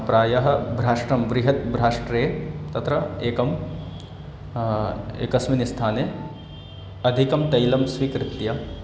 प्रायः भ्राष्ट्रं बृहत् भ्राष्ट्र्रे तत्र एकम् एकस्मिन् स्थाने अधिकं तैलं स्वीकृत्य